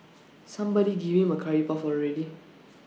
somebody give him A Curry puff already